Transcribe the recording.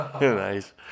Nice